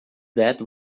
that